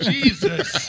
Jesus